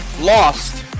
lost